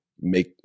make